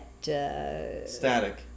Static